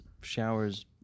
showers